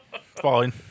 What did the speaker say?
fine